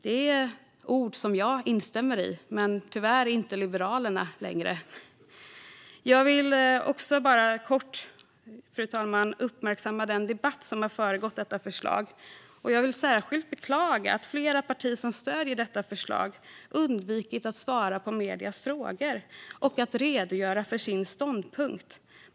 Det är ord som jag instämmer i, men tyvärr gör inte längre Liberalerna det. Jag vill också lite kort uppmärksamma den debatt som har föregått detta förslag, fru talman. Jag vill särskilt beklaga att flera partier som stöder förslaget har undvikit att svara på mediernas frågor och redogöra för sin ståndpunkt.